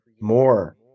more